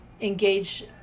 engage